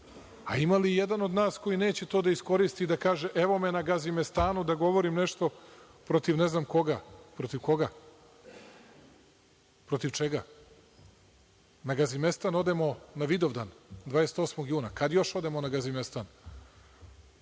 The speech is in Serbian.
Ima li i jedan od nas koji neće to da iskoristi i da kaže – evo me na Gazimestanu, da govorim nešto protiv ne znam koga? Protiv koga, protiv čega? Na Gazimestan odemo na Vidovdan 28. juna. Kad još odemo na Gazimestan? Znamo